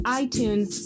iTunes